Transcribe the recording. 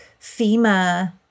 FEMA